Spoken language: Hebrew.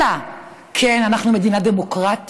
אלא, כן, אנחנו מדינה דמוקרטית,